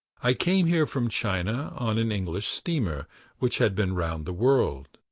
i came here from china on an english steamer which had been round the world.